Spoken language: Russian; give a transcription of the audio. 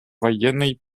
военной